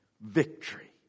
Victory